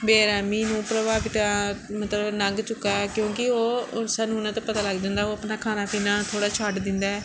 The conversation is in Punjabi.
ਬੇਰਹਿਮੀ ਨੂੰ ਪ੍ਰਭਾਵਿਤ ਮਤਲਬ ਲੰਘ ਚੁੱਕਾ ਕਿਉਂਕਿ ਉਹ ਸਾਨੂੰ ਉਹਨਾਂ ਤੋਂ ਪਤਾ ਲੱਗ ਜਾਂਦਾ ਉਹ ਆਪਣਾ ਖਾਣਾ ਪੀਣਾ ਥੋੜ੍ਹਾ ਛੱਡ ਦਿੰਦਾ ਹੈ